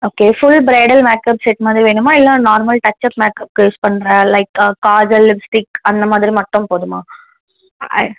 okay full bridal makeup set மாதிரி வேணுமா இல்லைனா நார்மல் டச்சப் மேக்கப்க்கு யூஸ் பண்ண லைக் காஜல் லிப்ஸ்டிக் அந்த மாதிரி மட்டும் போதுமா ஐ